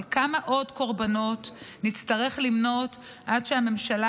אבל כמה עוד קורבנות נצטרך למנות עד שהממשלה